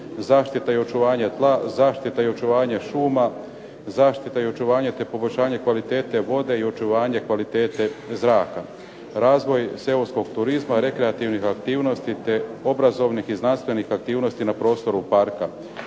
zaštita i očuvanje tla, zaštita i očuvanje šuma, zaštita i očuvanje te poboljšanje kvalitete vode i očuvanje kvalitete zraka. Razvoj seoskog turizma rekreativnih aktivnosti, te obrazovnih i znanstvenih aktivnosti na prostoru parka,